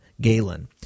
Galen